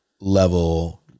level